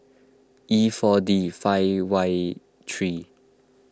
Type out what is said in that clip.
E four D five Y three